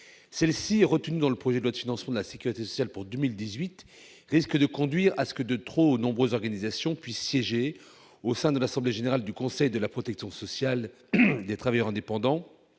Celles-ci, retenues dans le projet de loi de financement de la sécurité sociale pour 2018, risquent de conduire à ce que de trop nombreuses organisations puissent, pendant la période transitoire, siéger au sein de l'assemblée générale du conseil de la protection sociale des travailleurs indépendants